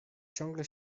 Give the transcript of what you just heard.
ciągle